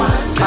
One